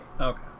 Okay